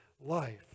life